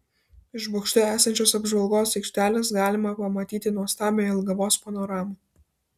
iš bokšte esančios apžvalgos aikštelės galima pamatyti nuostabią jelgavos panoramą